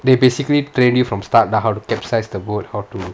they've basically train you from start lah how to capsize the boat how to